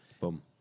Boom